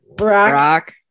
rock